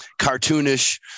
cartoonish